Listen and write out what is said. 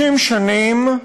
50 שנים,